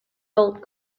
gold